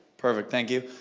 perfect, thank you.